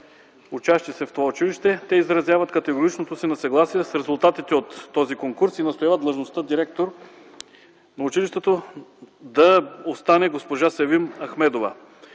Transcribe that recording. учещи в това училище, се изразява категорично несъгласие с резултатите от този конкурс и се настоява на длъжността директор на училището да остане госпожа Севим Ахмедова.